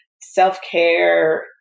self-care